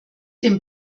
dem